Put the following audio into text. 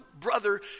brother